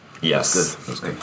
Yes